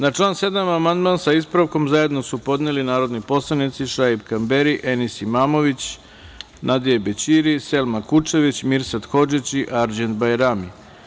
Na član 7. amandman sa ispravkom, zajedno su podneli narodni poslanici: Šaip Kamberi, Enis Imamović, Nadije Bećiri, Selma Kučević, Mirsad Hodžić i Arđend Bajrami.